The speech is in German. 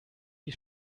die